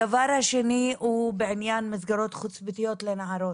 הדבר השני הוא בעניין מסגרות חוץ-ביתיות לנערות.